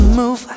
move